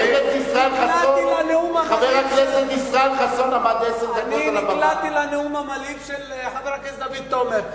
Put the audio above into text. נקלעתי לנאום המלהיב של חבר הכנסת דוד רותם,